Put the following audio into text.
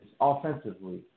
offensively